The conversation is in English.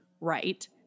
right